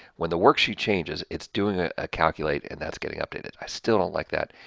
when the worksheet changes, it's doing a calculate, and that's getting updated. i still don't like that,